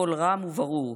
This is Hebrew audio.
קול רם וברור,